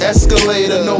Escalator